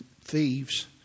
thieves